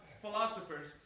philosophers